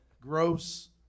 gross